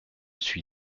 suis